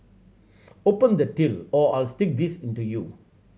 open the till or I'll stick this into you